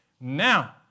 Now